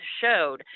showed